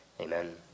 Amen